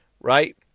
Right